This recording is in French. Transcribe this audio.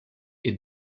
est